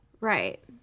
right